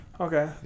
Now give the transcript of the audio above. okay